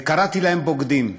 וקראתי להם בוגדים.